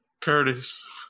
Curtis